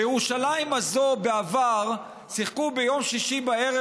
בירושלים הזו בעבר שיחקו ביום שישי בערב